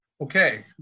okay